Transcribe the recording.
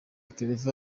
claver